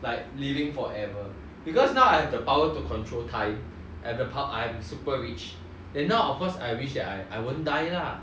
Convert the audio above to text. like living forever because now I have the power to control time I have the po~ I'm super rich then now of course I wish I I won't die lah